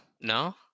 no